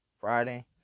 Friday